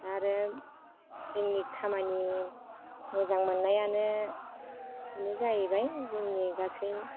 दा आरो जोंनि खामानि मोजां मोननायानो इनो जाहैबाय जोंनि गासै